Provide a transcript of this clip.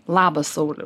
labas sauliau